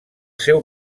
seu